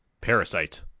Parasite